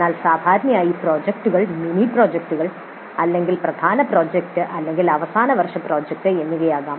എന്നാൽ സാധാരണയായി പ്രോജക്റ്റുകൾ മിനി പ്രോജക്റ്റുകൾ അല്ലെങ്കിൽ പ്രധാന പ്രോജക്റ്റ് അല്ലെങ്കിൽ അവസാന വർഷ പ്രോജക്റ്റ് എന്നിവയാകാം